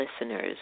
listeners